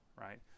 right